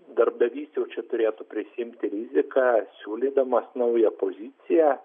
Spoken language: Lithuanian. darbdavys jau čia turėtų prisiimti riziką siūlydamas naują poziciją